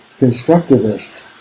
constructivist